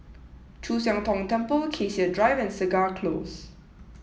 Chu Siang Tong Temple Cassia Drive and Segar Close